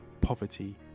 poverty